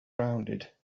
rounded